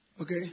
Okay